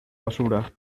basura